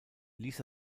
ließ